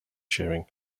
sharing